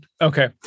Okay